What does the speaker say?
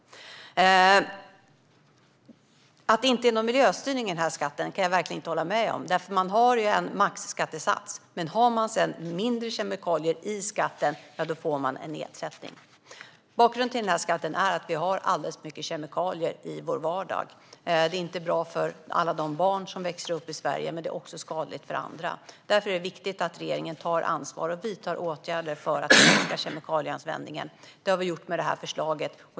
Jag kan verkligen inte hålla med om att det inte finns någon miljöstyrning i den här skatten. Det finns en maxskattesats, men om man sedan har mindre kemikalier får man en nedsättning av skatten. Bakgrunden till skatten är att vi har alldeles för mycket kemikalier i vår vardag. Det är inte bra för alla de barn som växer upp i Sverige, och det är även skadligt för andra. Därför är det viktigt att regeringen tar ansvar och vidtar åtgärder för att minska kemikalieanvändningen. Det har vi gjort med detta förslag.